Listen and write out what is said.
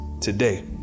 today